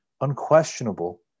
unquestionable